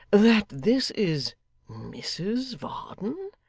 that this is mrs varden!